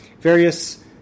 various